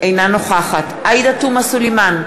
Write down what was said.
אינה נוכחת עאידה תומא סלימאן,